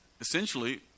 essentially